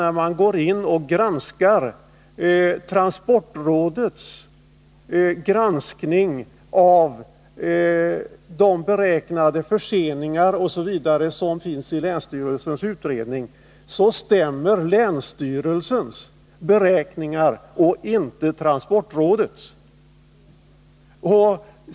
När man går in och granskar transportrådets bedömning av de beräknade förseningar etc. som finns i länsstyrelsens utredning, finner man att länsstyrelsens beräkningar stämmer men inte transportrådets.